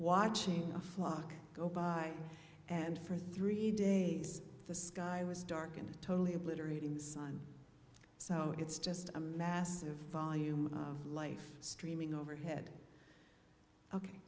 watching a flock go by and for three days the sky was dark and totally obliterating the sun so it's just a massive volume of life streaming overhead ok